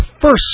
first